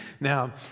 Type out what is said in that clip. now